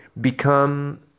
become